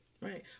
Right